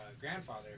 grandfather